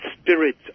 spirit